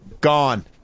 Gone